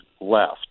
left